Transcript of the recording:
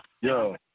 Yo